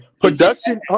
Production